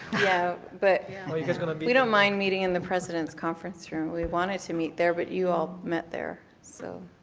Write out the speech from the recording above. yeah, but we we don't mind meeting in the president's conference room. we wanted to meet there but you all met there, so.